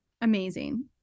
Amazing